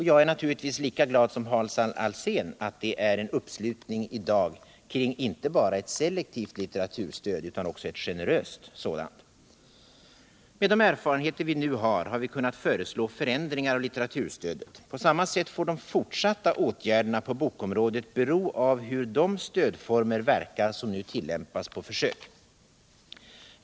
Jag är naturligtvis lika glad som Hans Alsén att det är uppslutning i dag kring inte bara ett selektivt litteraturstöd utan också eu generöst sådant. Med de erfarenheter vi nu har, har vi kunnat föreslå förändringar av litteraturstödet. På samma sätt får de fortsatta åtgärderna på bokområdet bero av hur de stödformer verkar som nu tillämpas på försök.